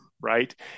right